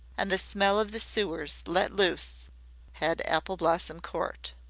and the smell of the sewers let loose had apple blossom court.